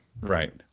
Right